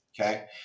Okay